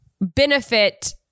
benefit